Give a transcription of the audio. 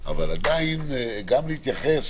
אבל עדיין גם להתייחס.